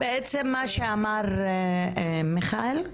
בעצם מה שאמר מיכאל,